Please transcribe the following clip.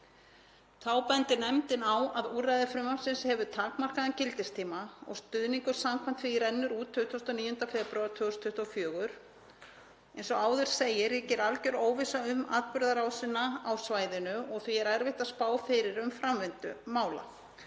Þá bendir nefndin á að úrræði frumvarpsins hefur takmarkaðan gildistíma og stuðningur samkvæmt því rennur út 29. febrúar 2024. Eins og áður segir ríkir algjör óvissa um atburðarásina á svæðinu og því er erfitt að spá fyrir um framvindu mála.